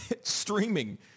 streaming